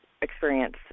experience